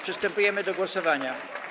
Przystępujemy do głosowania.